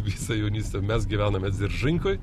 visą jaunystę mes gyvenome dziržinkoj